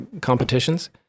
competitions